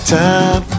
time